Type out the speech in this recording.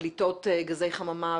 פליטות גזי חממה?